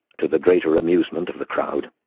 to the greater amusement of the crowd.